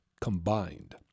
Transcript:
combined